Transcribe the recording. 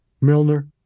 Milner